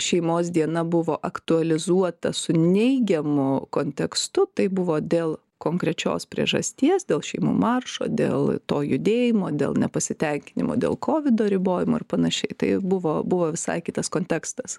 šeimos diena buvo aktualizuota su neigiamu kontekstu tai buvo dėl konkrečios priežasties dėl šeimų maršo dėl to judėjimo dėl nepasitenkinimo dėl kovido ribojimų ar panašiai tai buvo buvo visai kitas kontekstas